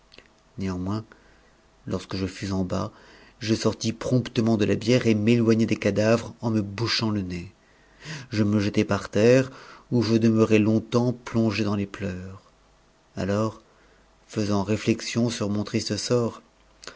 néanmoins lorsque je fus en bas je sortis promptement de la bière et m'éloignai des cadavres en me bouchaut le nez je me jetai par terre où je demeurai longtemps plongé daus les pleurs alors faisant réflexion sur mon triste sort